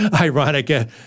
ironic